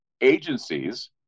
agencies